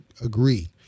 agree